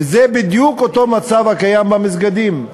וזה בדיוק אותו מצב הקיים במסגדים,